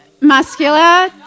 Muscular